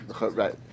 right